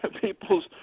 people's